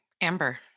Amber